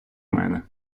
мене